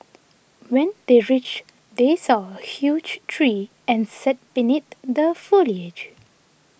when they reached they saw a huge tree and sat beneath the foliage